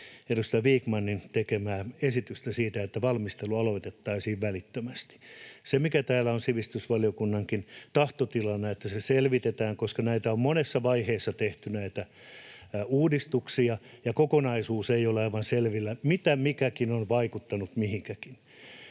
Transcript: edustaja Vikmanin tekemää esitystä, että valmistelu aloitettaisiin välittömästi. Se, mikä täällä on sivistysvaliokunnankin tahtotilana, on, että se selvitetään, koska näitä uudistuksia on monessa vaiheessa tehty ja kokonaisuus ei ole aivan selvillä, mitä mikäkin on vaikuttanut mihinkäkin.